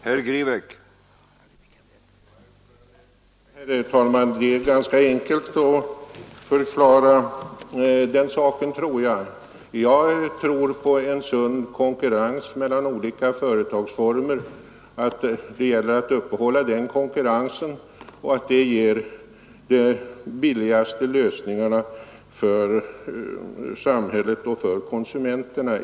Herr talman! Det är ganska enkelt att förklara min ståndpunkt. Jag tror på en sund konkurrens mellan olika företagsformer. Det gäller att upprätthålla den konkurrensen — den ger de billigaste lösningarna för samhället och konsumenterna.